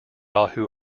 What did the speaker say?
yahoo